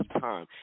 time